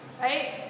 right